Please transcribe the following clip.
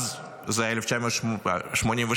זה היה ב-1987,